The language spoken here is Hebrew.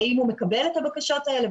והאם הוא מקבל את הבקשות האלה.